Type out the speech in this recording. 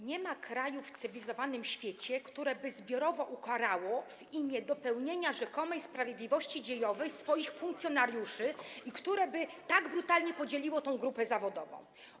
Nie ma kraju w cywilizowanym świecie, który by zbiorowo ukarał w imię dopełnienia rzekomej sprawiedliwości dziejowej swoich funkcjonariuszy i który by tak brutalnie podzielił tę grupę zawodową.